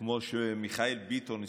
כמו שמיכאל ביטון הזכיר,